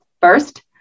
First